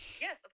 Yes